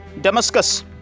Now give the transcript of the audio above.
Damascus